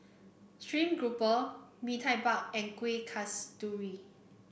stream Grouper Mee Tai Mak and Kuih Kasturi